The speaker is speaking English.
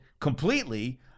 completely